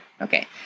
Okay